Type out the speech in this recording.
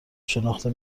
شناخته